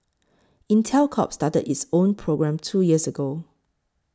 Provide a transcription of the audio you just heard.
Intel Corp started its own program two years ago